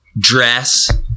Dress